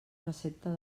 recepta